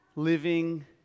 living